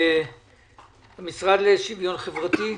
המשרד לשוויון חברתי,